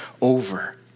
over